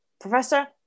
professor